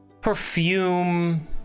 perfume